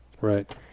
Right